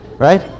right